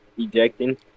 ejecting